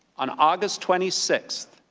on august twenty six.